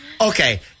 Okay